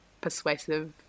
persuasive